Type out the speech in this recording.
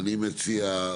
אני מציע,